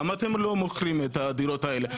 למה אתם לא מוכרים את הדירות האלה?